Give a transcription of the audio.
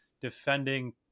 defending